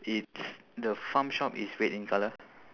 it's the farm shop is red in colour